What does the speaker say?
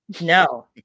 No